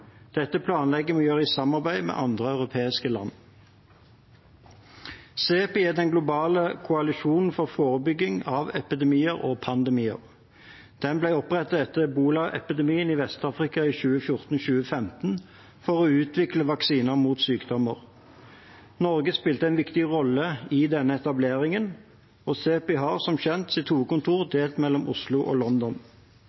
Dette planlegger vi å gjøre i samarbeid med andre europeiske land. CEPI er den globale koalisjonen for forebygging av epidemier og pandemier. Den ble opprettet etter ebola-epidemien i Vest-Afrika i 2014–2015 for å utvikle vaksiner mot sykdommen. Norge spilte en viktig rolle i denne etableringen, og CEPI har, som kjent, sitt